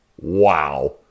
Wow